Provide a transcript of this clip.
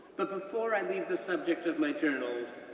but before i leave the subject of my journals,